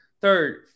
third